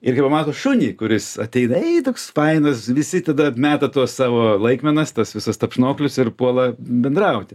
ir kai pamato šunį kuris ateina ei toks fainas visi tada meta tuos savo laikmenas tas visas tapšnoklius ir puola bendrauti